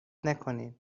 نکنین